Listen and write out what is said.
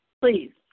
please